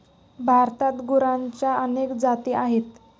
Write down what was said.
भारतात गुरांच्या अनेक जाती आहेत